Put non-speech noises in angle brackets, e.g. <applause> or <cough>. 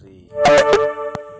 <unintelligible>